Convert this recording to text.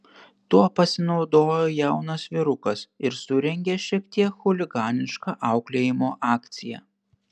tuo pasinaudojo jaunas vyrukas ir surengė šiek tiek chuliganišką auklėjimo akciją